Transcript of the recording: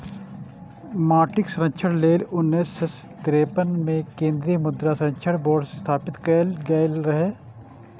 माटिक संरक्षण लेल उन्नैस सय तिरेपन मे केंद्रीय मृदा संरक्षण बोर्ड स्थापित कैल गेल रहै